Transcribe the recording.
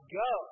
go